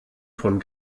von